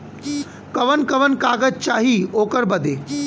कवन कवन कागज चाही ओकर बदे?